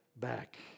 Back